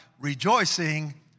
rejoicing